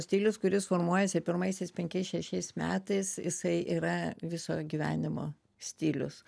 stilius kuris formuojasi pirmaisiais penkiais šešiais metais jisai yra viso gyvenimo stilius